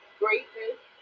greatness